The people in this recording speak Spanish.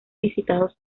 visitados